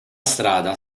strada